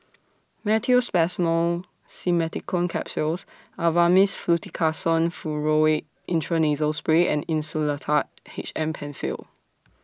Meteospasmyl Simeticone Capsules Avamys Fluticasone Furoate Intranasal Spray and Insulatard H M PenFill